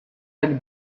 tak